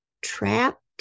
trapped